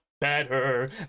Better